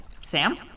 Sam